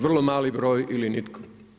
Vrlo mali broj ili nitko.